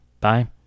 Bye